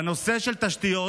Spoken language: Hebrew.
בנושא של תשתיות,